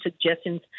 suggestions